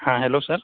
ہاں ہیلو سر